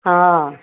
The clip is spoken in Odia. ହଁ